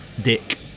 Dick